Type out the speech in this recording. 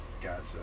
Gotcha